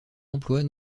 emplois